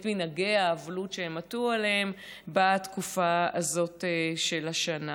מנהגי האבלות שהם עטו עליהם בתקופה הזאת של השנה.